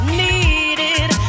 needed